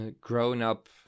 grown-up